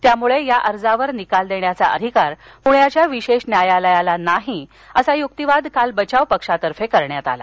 त्यामुळे या अर्जावर निकाल देण्याचा अधिकार पुण्याच्या विशेष न्यायालयाला नाही असा युक्तिवाद काल बचाव पक्षातर्फे करण्यात आला